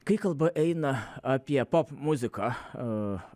kai kalba eina apie popmuziką